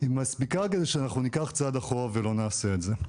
אבל היא מספיקה כדי שאנחנו ניקח צעד אחורה ולא נעשה את זה.